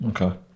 okay